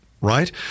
Right